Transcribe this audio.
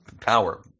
power